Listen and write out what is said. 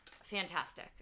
Fantastic